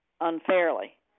unfairly